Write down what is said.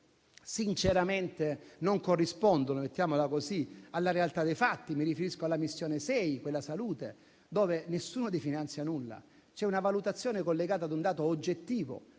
sinceramente non corrispondono - mettiamola così - alla realtà dei fatti. Mi riferisco alla missione 6 salute, dove nessuno rifinanzia nulla: c'è una valutazione collegata ad un dato oggettivo